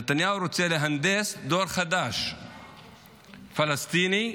נתניהו רוצה להנדס דור פלסטיני חדש,